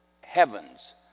heavens